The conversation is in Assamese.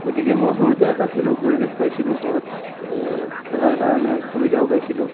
গতিকে মই সৰুতে এটা খেলৰ পৰিৱেশ পাইছিলোঁ ঘৰত খেলাৰ কাৰণে সুবিধাও পাইছিলোঁ